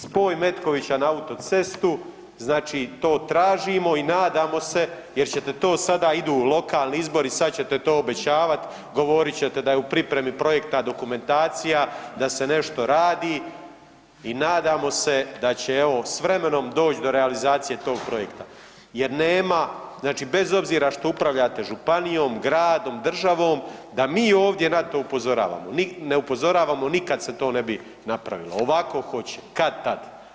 Spoj Metkovića na autocestu znači to tražimo i nadamo se, jer ćete to sada idu lokalni izbori sada ćete to obećavati, govorit ćete da je u pripremi projektna dokumentacija, da se nešto radi i nadamo se da će evo s vremenom doći do realizacije tog projekte jer nema znači bez obzira što upravljate županijom, gradom, državom da mi ovdje na to upozoravamo, ne upozoravamo nikada se to ne bi napravilo ovako hoće kad-tad.